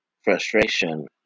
frustration